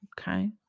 Okay